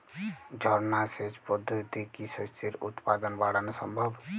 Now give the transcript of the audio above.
ঝর্না সেচ পদ্ধতিতে কি শস্যের উৎপাদন বাড়ানো সম্ভব?